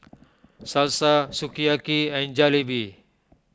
Salsa Sukiyaki and Jalebi